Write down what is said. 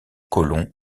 colon